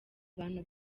bantu